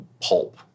pulp